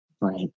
right